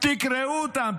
תקראו אותם.